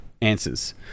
answers